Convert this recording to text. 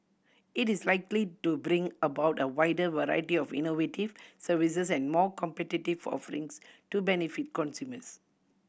it is likely to bring about a wider variety of innovative services and more competitive offerings to benefit consumers